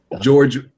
George